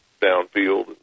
downfield